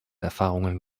erfahrungen